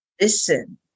listen